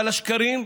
אבל השקרים,